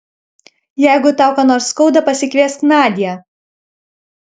jeigu tau ką nors skauda pasikviesk nadią